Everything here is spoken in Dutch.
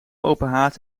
openhaard